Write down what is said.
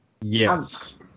Yes